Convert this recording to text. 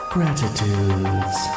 Gratitudes